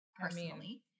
personally